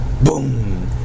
boom